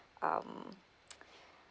um